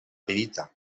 pirita